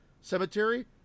cemetery